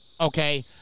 Okay